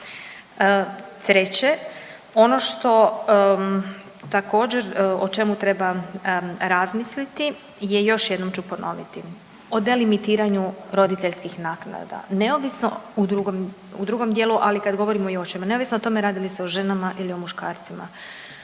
Treće, ono što također o čemu treba razmisliti je, još jednom ću ponoviti, o delimitiranju roditeljskih naknada, neovisno u drugom, u drugom dijelu, ali i kad govorimo i o očevima, neovisno o tome radi li se o ženama ili o muškarcima.